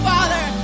Father